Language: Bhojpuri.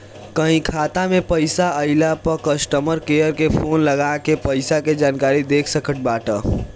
कहीं खाता में पईसा आइला पअ कस्टमर केयर के फोन लगा के पईसा के जानकारी देख सकत बाटअ